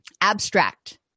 abstract